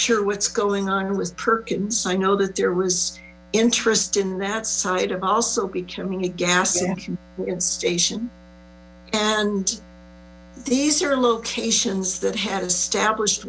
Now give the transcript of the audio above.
sure what's going on perkins i know that there was interest in that side also becoming a gas station and these are locations that had established